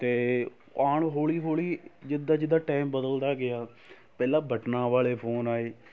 ਅਤੇ ਆਉਣ ਹੌਲੀ ਹੌਲੀ ਜਿੱਦਾਂ ਜਿੱਦਾਂ ਟਾਇਮ ਬਦਲਦਾ ਗਿਆ ਪਹਿਲਾਂ ਬਟਨਾਂ ਵਾਲੇ ਫ਼ੋਨ ਆਏ